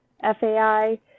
FAI